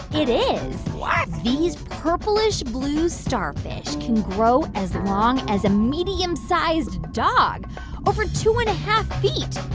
it is what? these purplish-blue starfish can grow as long as a medium-sized dog over two and a half feet.